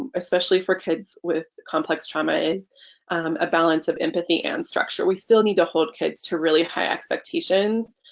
especially for kids with complex trauma is a balance of empathy and structure we still need to hold kids to really high expectations